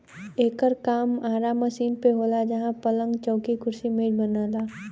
एकर काम आरा मशीन पे होला जहां पलंग, चौकी, कुर्सी मेज बनला